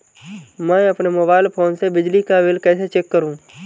मैं अपने mobile phone से बिजली का बिल कैसे चेक करूं?